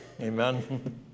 Amen